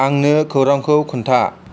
आंनो खौरांखौ खोन्था